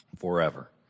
forever